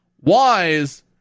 WISE